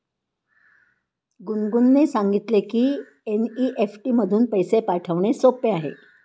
गुनगुनने सांगितले की एन.ई.एफ.टी मधून पैसे पाठवणे सोपे आहे